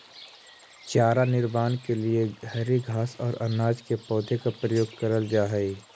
चारा निर्माण के लिए हरी घास और अनाज के पौधों का प्रयोग करल जा हई